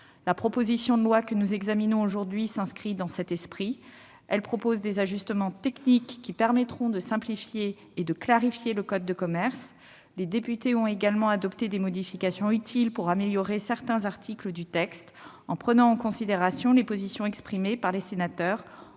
La proposition de loi que nous examinons aujourd'hui s'inscrit dans cet esprit. Elle prévoit des ajustements techniques qui permettront de simplifier et de clarifier le code de commerce. Les députés, de leur côté, ont adopté des modifications utiles pour améliorer certains articles du texte en prenant en considération les positions exprimées par les sénateurs,